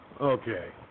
Okay